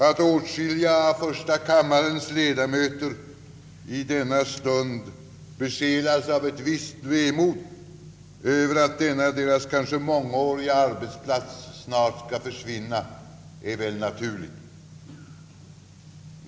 Att åtskilliga av första kammarens ledamöter i denna stund besjälas av ett visst vemod över att denna deras kanske mångåriga arbetsplats snart skall försvinna är väl naturligt.